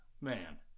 man